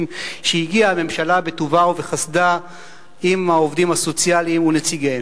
שהגיעה אליהם הממשלה בטובה ובחסדה עם העובדים הסוציאליים ונציגיהם.